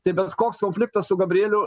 tai bet koks konfliktas su gabrieliu